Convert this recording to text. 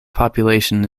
population